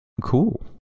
cool